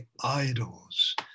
idols